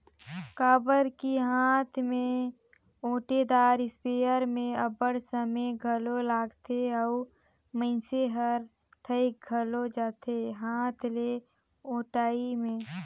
काबर कि हांथ में ओंटेदार इस्पेयर में अब्बड़ समे घलो लागथे अउ मइनसे हर थइक घलो जाथे हांथ ले ओंटई में